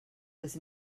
was